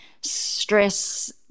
stress